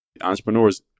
Entrepreneurs